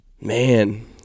man